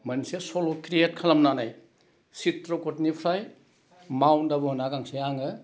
मोनसे सल क्रियेट खालामनानै स्ट्रकटनिफ्राय माउन्ट आबु होनना गांसे आङो